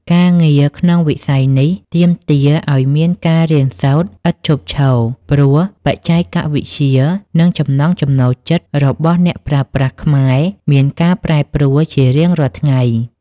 ការងារក្នុងវិស័យនេះទាមទារឱ្យមានការរៀនសូត្រឥតឈប់ឈរ ព្រោះបច្ចេកវិទ្យា និងចំណង់ចំណូលចិត្តរបស់អ្នកប្រើប្រាស់ខ្មែរមានការប្រែប្រួលជារៀងរាល់ថ្ងៃ។